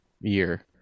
year